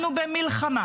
אנחנו במלחמה